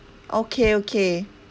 okay okay